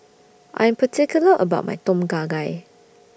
I'm particular about My Tom Kha Gai